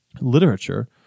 literature